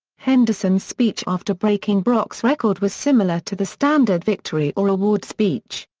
henderson's speech after breaking brock's record was similar to the standard victory or award speech.